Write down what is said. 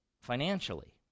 financially